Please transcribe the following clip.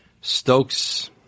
Stokes